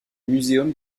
muséum